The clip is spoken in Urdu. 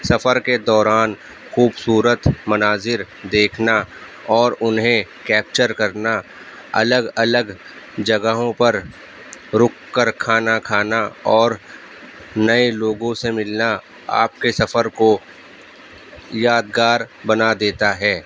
سفر کے دوران خوبصورت مناظر دیکھنا اور انہیں کیپچر کرنا الگ الگ جگہوں پر رک کر کھانا کھانا اور نئے لوگوں سے ملنا آپ کے سفر کو یادگار بنا دیتا ہے